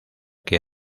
que